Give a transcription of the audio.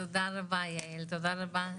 תודה רבה יעל, תודה רבה.